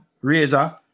razor